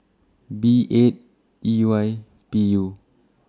B eight E Y P U